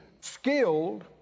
skilled